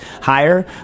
higher